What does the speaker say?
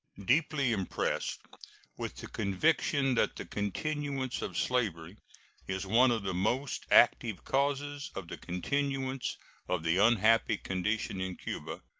deeply impressed with the conviction that the continuance of slavery is one of the most active causes of the continuance of the unhappy condition in cuba,